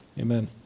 Amen